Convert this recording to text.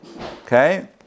Okay